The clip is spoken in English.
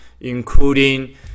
including